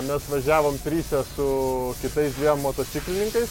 mes važiavom trise su kitais dviem motociklininkais